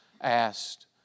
asked